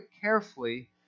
carefully